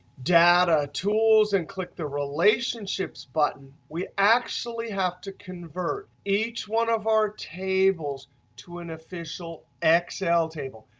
data tools, and click the relationships button, we actually have to convert each one of our tables to an official excel table.